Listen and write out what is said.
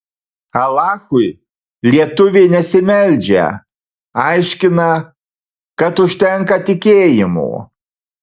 alachui lietuvė nesimeldžia aiškina kad užtenka tikėjimo